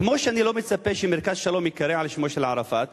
כמו שאני לא מצפה שמרכז שלום ייקרא על שמו של ערפאת,